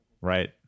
right